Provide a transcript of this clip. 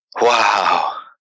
Wow